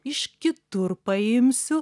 iš kitur paimsiu